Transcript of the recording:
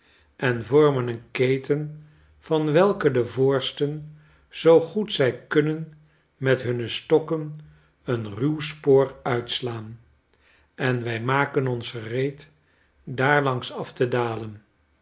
en vormen een keten van welken de voorsten zoo goed zij kunnen met hunne stokken een ruw spoor uitslaan en wij maken ons gereed daarlangs af te dalen